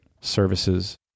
services